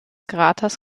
kraters